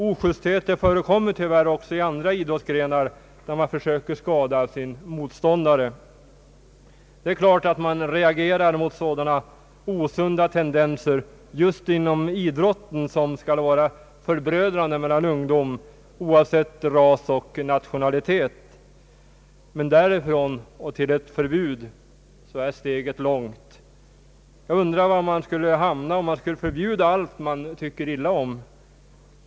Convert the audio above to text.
Ojustheter förekommer tyvärr också i andra idrottsgrenar där man försöker skada sin motståndare. Det är klart att man reagerar mot sådana osunda tendenser just inom idrotten, som skall vara förbrödrande mellan ungdom, oavsett ras och nationalitet. Men därifrån och till ett förbud är steget långt. Jag undrar var man skulle hamna, om man skulle förbjuda allt som man tycker illa om.